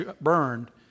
burned